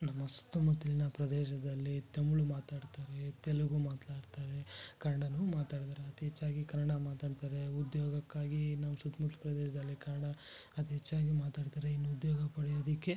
ನಮ್ಮ ಸುತ್ತಮುತ್ತಲಿನ ಪ್ರದೇಶದಲ್ಲಿ ತಮಿಳು ಮಾತಾಡ್ತಾರೆ ತೆಲುಗು ಮಾತಾಡ್ತಾರೆ ಕನ್ನಡವೂ ಮಾತಾಡ್ತಾರೆ ಅತಿ ಹೆಚ್ಚಾಗಿ ಕನ್ನಡ ಮಾತಾಡ್ತಾರೆ ಉದ್ಯೋಗಕ್ಕಾಗಿ ನಮ್ಮ ಸುತ್ತ್ಮುತ್ಲ ಪ್ರದೇಶದಲ್ಲಿ ಕನ್ನಡ ಅತಿ ಹೆಚ್ಚಾಗಿಯೂ ಮಾತಾಡ್ತಾರೆ ಇನ್ನು ಉದ್ಯೋಗ ಪಡೆಯೋದಕ್ಕೆ